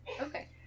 Okay